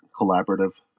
collaborative